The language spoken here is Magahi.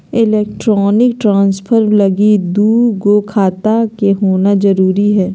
एलेक्ट्रानिक ट्रान्सफर लगी दू गो खाता के होना जरूरी हय